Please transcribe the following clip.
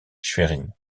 schwerin